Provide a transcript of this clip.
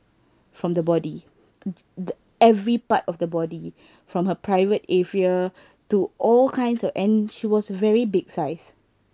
from the body th~ the every part of the body from her private area to all kinds of and she was very big size